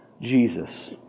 Jesus